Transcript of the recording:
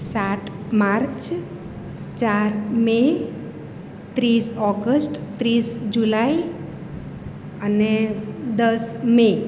સાત માર્ચ ચાર મે ત્રીસ ઓગસ્ટ ત્રીસ જુલાઈ અને દસ મે